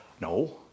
No